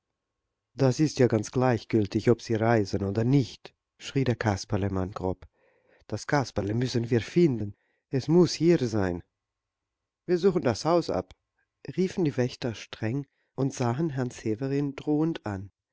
das ist ja ganz gleichgültig ob sie reisen oder nicht schrie der kasperlemann grob das kasperle müssen wir finden es muß hier sein wir suchen das haus ab riefen die wächter streng und sahen herrn severin drohend an